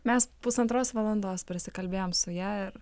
mes pusantros valandos prasikalbėjom su ja ir